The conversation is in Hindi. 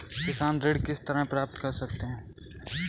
किसान ऋण किस तरह प्राप्त कर सकते हैं?